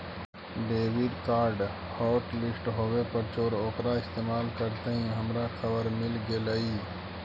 debit card hotlist होवे पर चोर ओकरा इस्तेमाल करते ही हमारा खबर मिल गेलई